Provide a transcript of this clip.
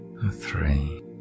Three